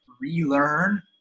relearn